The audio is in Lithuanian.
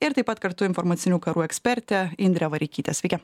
ir taip pat kartu informacinių karų eksperte indre vareikyte sveiki